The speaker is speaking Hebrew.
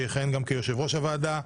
שיכהן כיושב-ראש הוועדה,